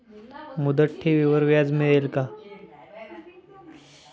मुदत ठेवीवर व्याज मिळेल का?